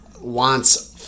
wants